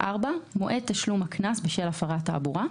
(4)מועד תשלום הקנס בשל הפרת תעבורה,